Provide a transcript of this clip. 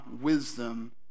wisdom